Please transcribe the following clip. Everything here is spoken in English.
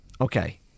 okay